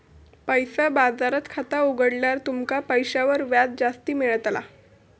पैसा बाजारात खाता उघडल्यार तुमका पैशांवर व्याज जास्ती मेळताला